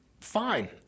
fine